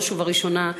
בראש ובראשונה,